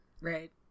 Right